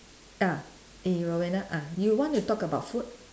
ah eh Roanna ah you want to talk about food